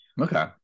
Okay